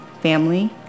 family